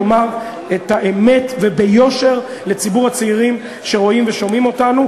לומר את האמת וביושר לציבור הצעירים שרואים ושומעים אותנו,